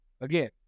Again